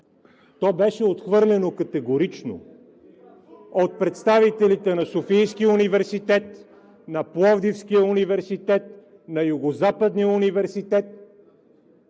То беше отхвърлено категорично от представителите на Софийския университет, на Пловдивския университет, на Югозападния университет.